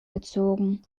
gezogen